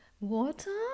water